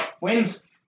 Wins